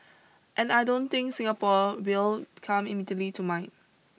and I don't think Singapore will come immediately to mind